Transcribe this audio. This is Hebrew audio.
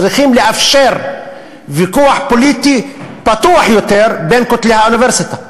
צריכות לאפשר ויכוח פוליטי פתוח יותר בין כותלי האוניברסיטה.